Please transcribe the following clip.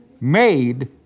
made